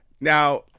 now